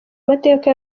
mateka